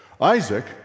Isaac